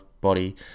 body